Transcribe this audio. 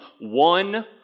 one